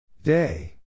Day